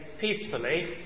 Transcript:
peacefully